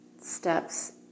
steps